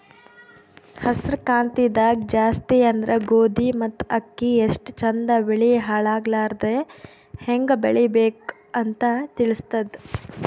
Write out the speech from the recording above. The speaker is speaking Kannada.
ಹಸ್ರ್ ಕ್ರಾಂತಿದಾಗ್ ಜಾಸ್ತಿ ಅಂದ್ರ ಗೋಧಿ ಮತ್ತ್ ಅಕ್ಕಿ ಎಷ್ಟ್ ಚಂದ್ ಬೆಳಿ ಹಾಳಾಗಲಾರದೆ ಹೆಂಗ್ ಬೆಳಿಬೇಕ್ ಅಂತ್ ತಿಳಸ್ತದ್